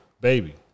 baby